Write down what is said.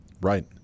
Right